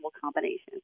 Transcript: combination